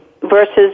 versus